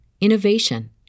innovation